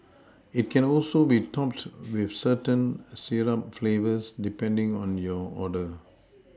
it can also be topped with certain syrup flavours depending on your order